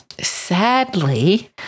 sadly